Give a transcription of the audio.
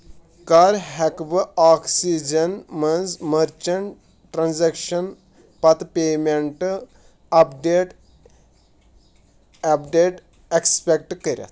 کَر ہٮ۪کہٕ بہٕ آکسِجن منٛز مرچنٹ ٹرانزیکشن پتہٕ payment update update expect کٔرِتھ